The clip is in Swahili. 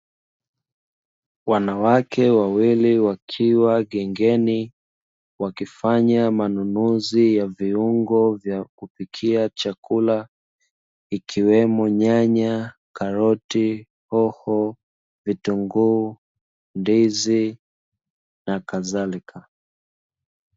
Wanawake wawili wakiwa gengeni wakifanya manunuzi ya viungo vya kupikia chakula, ikiwemo: nyanya, karoti, hoho, vitunguu, ndizi na kadhalika.